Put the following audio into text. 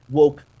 WOKE